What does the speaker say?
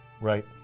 Right